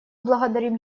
благодарим